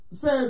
Says